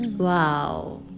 Wow